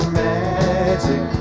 magic